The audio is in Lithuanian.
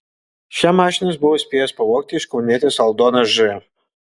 šią mašiną jis buvo spėjęs pavogti iš kaunietės aldonos ž